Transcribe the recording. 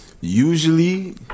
Usually